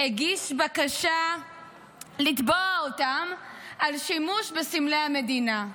הגיש בקשה לתבוע אותם על שימוש בסמלי המדינה.